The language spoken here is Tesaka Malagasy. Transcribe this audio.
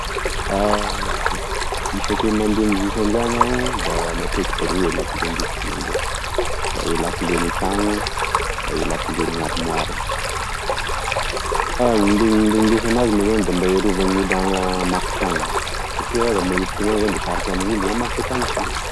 Isake mandeha mizoso andrano aho da matetiky roa e lakile ndesiko mandeha da e lakile gne trano da e lakile gne armoara fa nde- indesana azy moa zany da mba erovan'olo amaky trano satria ra mba entintena any zany da sarotra amen'olo amaky gne tragnotena